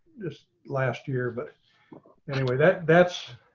just last year. but anyway, that that's